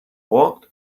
walked